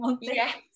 Yes